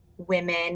women